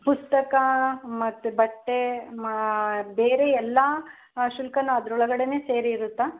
ಪುಸ್ತಕ ಮತ್ತು ಬಟ್ಟೆ ಮಾ ಬೇರೆ ಎಲ್ಲ ಶುಲ್ಕವು ಅದ್ರೊಳಗಡೆ ಸೇರಿ ಇರುತ್ತಾ